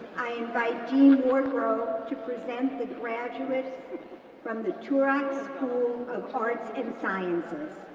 i invite dean warborough to present the graduates from the turock school of arts and sciences.